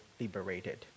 liberated